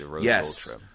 yes